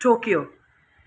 Tokyo